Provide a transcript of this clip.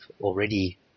already